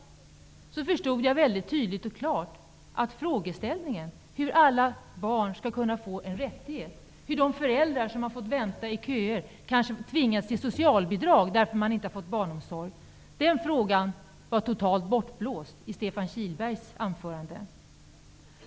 Det stod klart att de faktum att alla barn skall få denna rättighet och att föräldrar har fått vänta i köer och kanske tvingats till socialbidrag därför att de inte fått barnomsorg var totalt bortblåst i hans anförande.